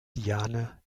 diane